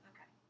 Okay